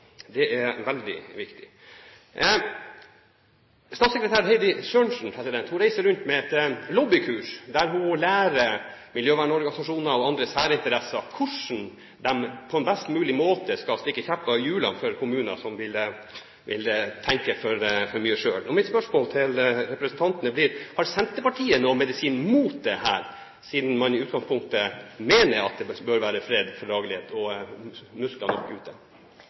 Det er veldig viktig. Statssekretær Heidi Sørensen reiser rundt med et lobbykurs der hun lærer miljøvernorganisasjoner og andre særinteresser hvordan de på en best mulig måte skal stikke kjepper i hjulene for kommuner som vil tenke for mye selv. Mitt spørsmål til representanten blir: Har Senterpartiet noen medisin mot dette, siden man i utgangspunktet mener at det bør være fred og fordragelighet og muskler nok ute?